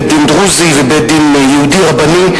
בית-דין דרוזי ובית-דין יהודי רבני.